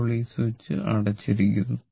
ഇപ്പോൾ ഈ സ്വിച്ച് അടച്ചിരിക്കുന്നു